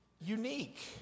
unique